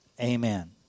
Amen